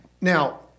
now